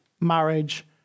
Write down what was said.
marriage